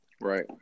Right